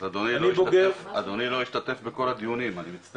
אז אדוני לא השתתף בכל הדיונים, אני מצטער.